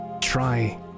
try